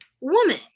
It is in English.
woman